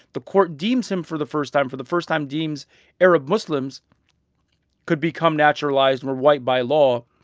the court deems him for the first time for the first time deems arab muslims could become naturalized or white by law